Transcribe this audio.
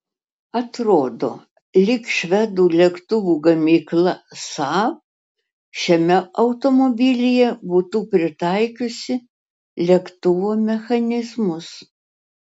atrodo lyg švedų lėktuvų gamykla saab šiame automobilyje būtų pritaikiusi lėktuvo mechanizmus